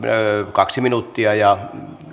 kaksi minuuttia ja